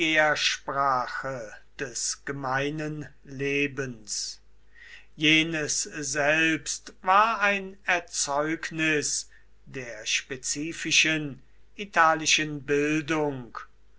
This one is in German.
des gemeinen lebens jenes selbst war ein erzeugnis der spezifischen italischen bildung